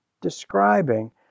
describing